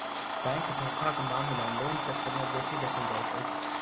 bank धोखाक मामिला loan section मे बेसी देखल जाइत अछि